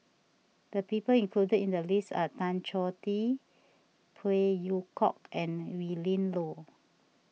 the people included in the list are Tan Choh Tee Phey Yew Kok and Willin Low